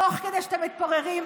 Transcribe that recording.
תוך כדי שאתם מתפוררים,